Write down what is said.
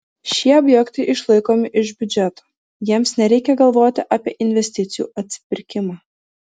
šie objektai išlaikomi iš biudžeto jiems nereikia galvoti apie investicijų atsipirkimą